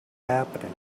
happening